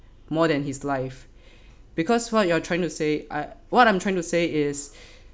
more than his life because what you are trying to say I what I'm trying to say is